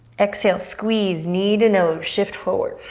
exhale, squeeze, knee to nose, shift forward.